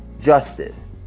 justice